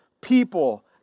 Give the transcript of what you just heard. People